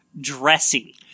dressy